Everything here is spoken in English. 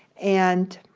and